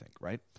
right